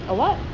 a what